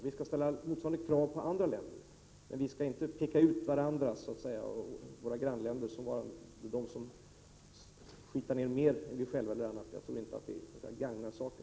Vi skall ställa motsvarande krav på andra länder, men vi skall nog inte peka ut våra grannländer såsom varande de som förorenar mer än vi själva. Jag tror inte att det gagnar saken.